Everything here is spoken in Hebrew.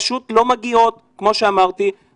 פשוט לא מגיעים לקבינט,